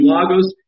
Lagos